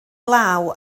law